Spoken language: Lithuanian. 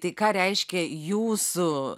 tai ką reiškia jūsų